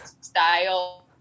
style